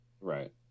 Right